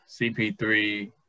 CP3